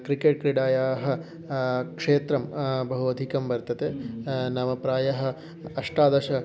cricket क्रीडायाः क्षेत्रं बहु अधिकं वर्तते नाम प्रायः अष्टादश